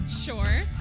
sure